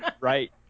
Right